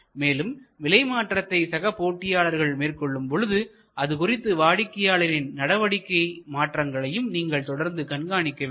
மேலும் விலை மாற்றத்தை சகபோட்டியாளர் மேற்கொள்ளும் பொழுது அதுகுறித்து வாடிக்கையாளரின் நடவடிக்கை மாற்றங்களையும் நீங்கள் தொடர்ந்து கண்காணிக்க வேண்டும்